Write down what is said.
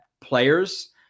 players